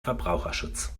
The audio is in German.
verbraucherschutz